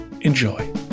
Enjoy